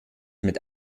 mit